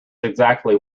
exactly